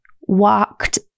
walked